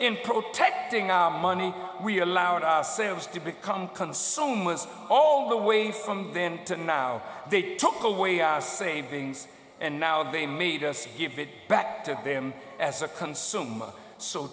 in protecting our money we allowed ourselves to become consume was all the way from then to now they took away our savings and now they made us hear of it back to them as a consumer so